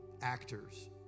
actors